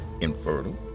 infertile